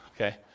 okay